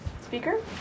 speaker